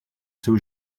seu